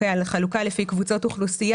על החלוקה לפי קבוצות אוכלוסייה.